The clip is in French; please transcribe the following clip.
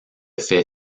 fait